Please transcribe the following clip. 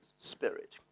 spirit